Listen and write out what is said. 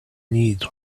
needs